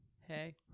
Hey